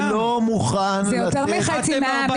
זה יותר מחצי מהעם.